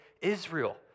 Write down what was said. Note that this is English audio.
Israel